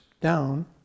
down